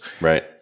Right